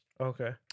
Okay